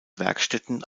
werkstätten